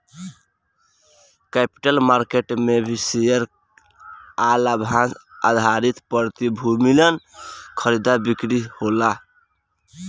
capital market में भी share आ लाभांस आधारित प्रतिभूतियन के खरीदा बिक्री होला